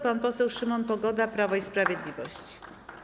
Pan poseł Szymon Pogoda, Prawo i Sprawiedliwość.